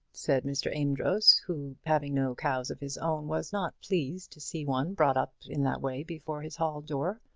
said mr. amedroz, who, having no cows of his own, was not pleased to see one brought up in that way before his hall door.